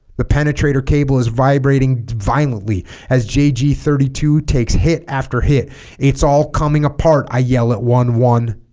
the penetrator cable is vibrating violently as jg thirty two takes hit after hit it's all coming apart i yell at one one